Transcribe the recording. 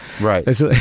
Right